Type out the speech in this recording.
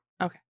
Okay